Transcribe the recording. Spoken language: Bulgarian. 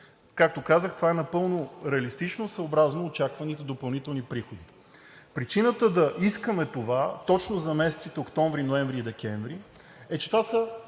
Както казах, това е напълно реалистично съобразно очакваните допълнителни приходи. Причината да искаме това точно за месеците октомври, ноември и декември е, че това са